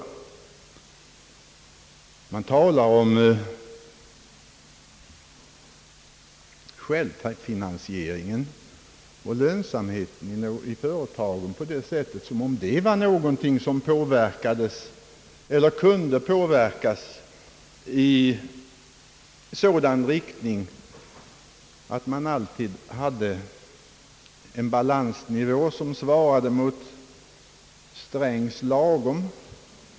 Man talar om självfinansieringen och lönsamheten i företagen på ett sätt som om detta var någonting som kunde påverkas i sådan riktning att man alltid hade en balansnivå som svarade mot herr Strängs »lagom».